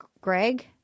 Greg